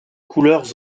couleurs